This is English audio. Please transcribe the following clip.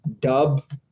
Dub